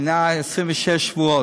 היא 26 שבועות.